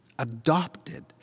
adopted